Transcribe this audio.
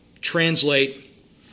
translate